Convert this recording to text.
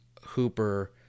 Hooper